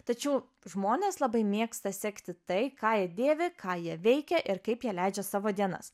tačiau žmonės labai mėgsta sekti tai ką jie dėvi ką jie veikia ir kaip jie leidžia savo dienas